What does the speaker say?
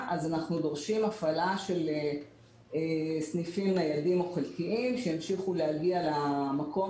אנחנו דורשים הפעלה של סניפים ניידים או חלקיים שימשיכו להגיע למקום